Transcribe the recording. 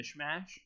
mishmash